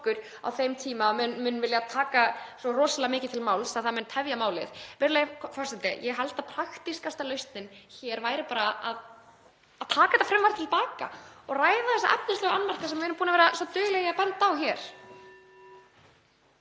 á þeim tíma muni vilja taka svo rosalega mikið til máls að það muni tefja málið? Virðulegi forseti. Ég held praktískasta lausnin hér væri bara að taka þetta frumvarp til baka og ræða þessa efnislegu annmarka sem við erum búin að vera dugleg við að benda á hér.